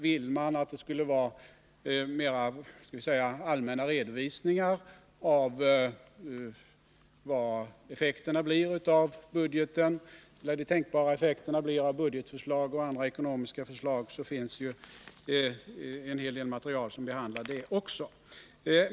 Ville man att det skulle vara mera allmänna redovisningar av vad de tänkbara effekterna blir av budgetförslag och andra ekonomiska förslag kunde vi ta fram en hel del material som behandlar det också.